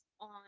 on